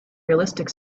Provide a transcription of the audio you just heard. realistic